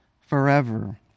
forever